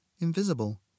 invisible